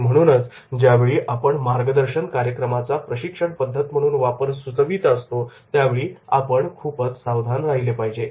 आणि म्हणूनच ज्यावेळी आपण मार्गदर्शन कार्यक्रमाचा प्रशिक्षण पद्धत म्हणून वापर सुचवत असतो त्यावेळी आपण खूपच सावधान राहिले पाहिजे